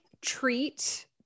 treat